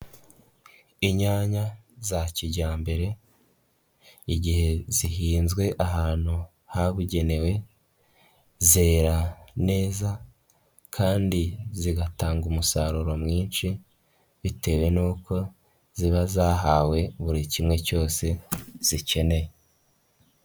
Inyanya za kijyambere igihe zihinzwe ahantu habugenewe zera neza, kandi zigatanga umusaruro mwinshi bitewe n'uko ziba zahawe buri kimwe cyose zikeneye.